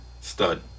stud